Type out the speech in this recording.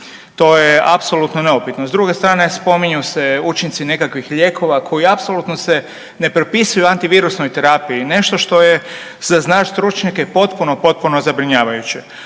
to je apsolutno neupitno. S druge strane, spominju se učinci nekakvih lijekova koji apsolutno se ne propisuju antivirusnoj terapiji, nešto što je za nas stručnjake potpuno, potpuno zabrinjavajuće.